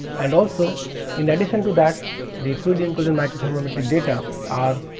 and also in addition to that the fluid inclusion micro thermometric data are